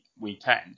weekend